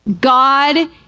God